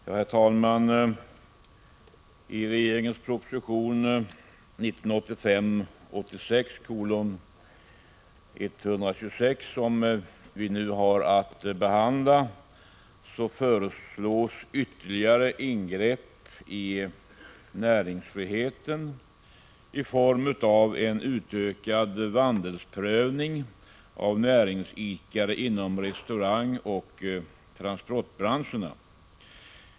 Herr talman! I regeringens proposition 1985/86:126 föreslås ytterligare ingrepp i näringsfriheten i form av utökad vandelsprövning av näringsidkare inom restaurangoch transportbranscherna.